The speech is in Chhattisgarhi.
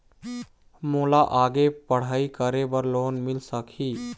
मोला आगे पढ़ई करे बर लोन मिल सकही?